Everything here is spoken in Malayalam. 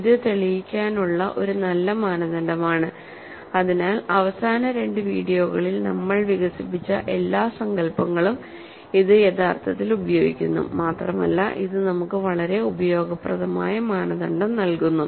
ഇത് തെളിയിക്കാനുള്ള ഒരു നല്ല മാനദണ്ഡമാണ് അതിനാൽ അവസാന രണ്ട് വീഡിയോകളിൽ നമ്മൾ വികസിപ്പിച്ച എല്ലാ സങ്കൽപ്പങ്ങളും ഇത് യഥാർത്ഥത്തിൽ ഉപയോഗിക്കുന്നു മാത്രമല്ല ഇത് നമുക്ക് വളരെ ഉപയോഗപ്രദമായ മാനദണ്ഡം നൽകുന്നു